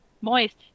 moist